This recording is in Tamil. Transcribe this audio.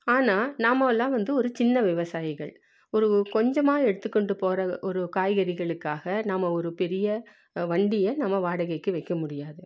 ஆனால் நாமொல்லாம் வந்து ஒரு சின்ன விவசாயிகள் ஒரு கொஞ்சமாக எடுத்துக்கொண்டு போகிற ஒரு காய்கறிகளுக்காக நாம ஒரு பெரிய வண்டியை நாம் வாடகைக்கு வைக்க முடியாது